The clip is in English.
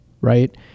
right